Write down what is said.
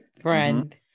Friend